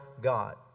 God